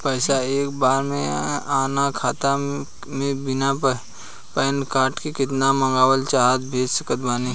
पैसा एक बार मे आना खाता मे बिना पैन कार्ड के केतना मँगवा चाहे भेज सकत बानी?